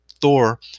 Thor